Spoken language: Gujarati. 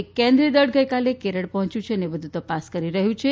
એક કેન્દ્રીય દળ ગઇકાલે કેરળ પહોચ્યું અને વધુ તપાસ કરી રહયું છે